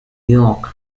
york